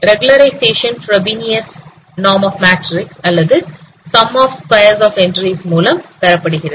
regularisation Frobenius நாம் of matrix அல்லது sum of square of entries மூலம் பெறப்படுகிறது